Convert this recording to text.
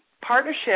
partnership